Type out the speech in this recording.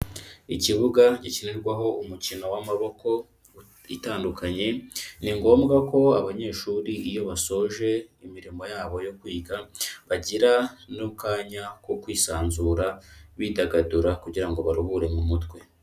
Ikibuga gikinirwaho umukino w'amaboko itandukanye, ni ngombwa ko abanyeshuri iyo basoje imirimo yabo yo kwiga, bagira n'akanya wo kwisanzura bidagadura kugira ngo baruhure mu mutwe.